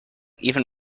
even